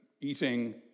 eating